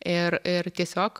ir ir tiesiog